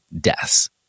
deaths